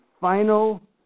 final